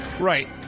Right